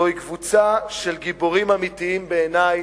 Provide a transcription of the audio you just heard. זוהי קבוצה של גיבורים אמיתיים בעיני,